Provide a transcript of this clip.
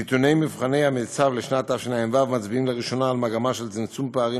נתוני מבחני המיצ"ב לשנת תשע"ו מצביעים לראשונה על מגמה של צמצום פערים